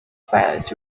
files